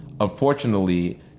unfortunately